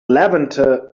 levanter